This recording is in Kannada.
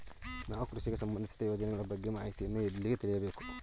ನಾವು ಕೃಷಿಗೆ ಸಂಬಂದಿಸಿದ ಯೋಜನೆಗಳ ಬಗ್ಗೆ ಮಾಹಿತಿಯನ್ನು ಎಲ್ಲಿ ತಿಳಿಯಬೇಕು?